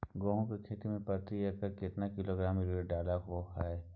गेहूं के खेती में प्रति एकर केतना किलोग्राम यूरिया डालय के होय हय?